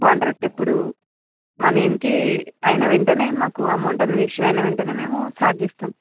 contract ఎప్పుడు మా name కి అయిన వెంటనే మాకు అమౌంట్ అనేది ఇష్యూ అయిన వెంటనే మేము స్టార్ట్ చేస్తాం